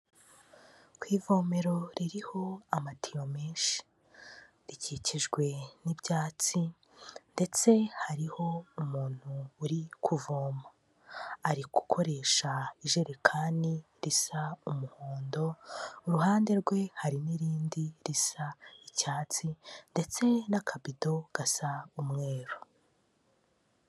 Ku ivomero ririho amatiyo menshi, rikikijwe n'ibyatsi, ndetse hariho umuntu uri kuvoma, ari gukoresha ijerekani risa umuhondo, iruhande rwe hari n'irindi risa icyatsi ndetse n'akabido gasa umweru.